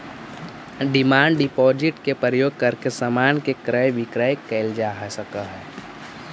demand deposit के प्रयोग करके समान के क्रय विक्रय कैल जा सकऽ हई